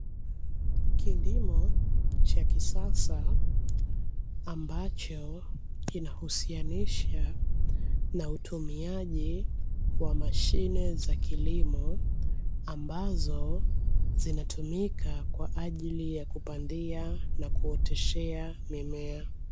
Kilimo cha kisasa ambacho kinahusianisha na utumiaji wa mashine za kilimo, ambazo zinatumika kwa ajili ya kupandia na kuoteshea mimea.